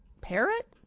parrot